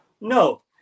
No